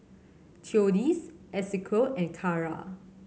Theodis Esequiel and Carra